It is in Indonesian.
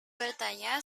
bertanya